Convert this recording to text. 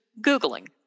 Googling